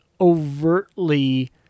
overtly